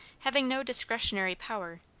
having no discretionary power,